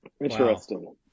Interesting